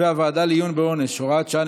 והוועדה לעיון בעונש (הוראת שעה,